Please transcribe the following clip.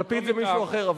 לפיד זה מישהו אחר.